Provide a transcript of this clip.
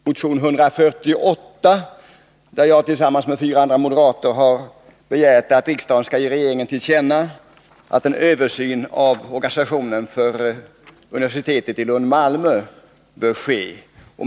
Herr talman! I denna korta debatt vill jag säga några ord om motion 148, där jag tillsammans med fyra andra moderater har begärt att riksdagen skall ge regeringen till känna att en översyn av organisationen för universitetet i Lund/Malmö bör ske.